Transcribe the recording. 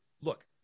look